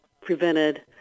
prevented